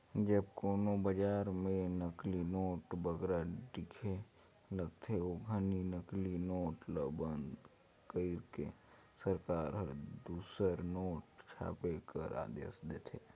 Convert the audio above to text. जब कोनो बजार में नकली नोट बगरा दिखे लगथे, ओ घनी नकली नोट ल बंद कइर के सरकार हर दूसर नोट छापे कर आदेस देथे